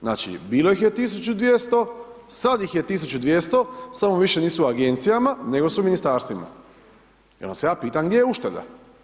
Znači bilo ih je 1200, sada ih je 1200, samo više nisu u agencijama, nego su u ministarstvima, pa ja vas ja pitam gdje je ušteda?